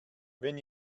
wenn